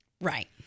Right